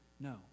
No